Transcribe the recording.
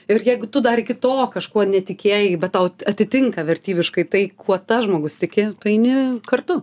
ir jeigu tu dar iki to kažkuo netikėjai bet tau atitinka vertybiškai tai kuo tas žmogus tiki tu eini kartu